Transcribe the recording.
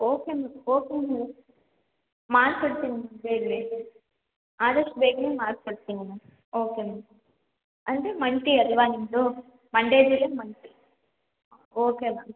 okay ma'am okay ma'am ಮಾಡ್ಕೊಡ್ತೀನಿ ma'am ಬೇಗನೆ ಆದಷ್ಟು ಬೇಗನೆ ಮಾಡ್ಕೊಡ್ತೀನಿ ಮ್ಯಾಮ್ ಓಕೆ ಮ್ಯಾಮ್ ಅಂದರೆ ಮಂತಿ ಅಲ್ವ ನಿಮ್ಮದು ಮಂಡೇ ಓಕೆ ಮ್ಯಾಮ್